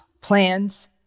plans